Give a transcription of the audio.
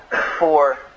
four